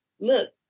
look